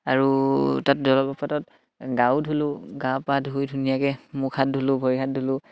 আৰু তাত জলপ্ৰপাতত গাও ধুলোঁ গা পা ধুই ধুনীয়াকে মুখ হাত ধুলোঁ ভৰি হাত ধুলোঁ